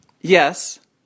yes